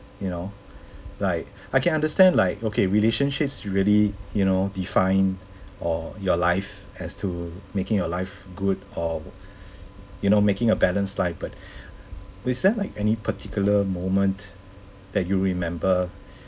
you know like I can understand like okay relationships really you know define or your life as to making your life good or you know making a balanced life but is there like any particular moment that you remember